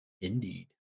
Indeed